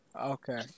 Okay